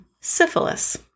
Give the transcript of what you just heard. syphilis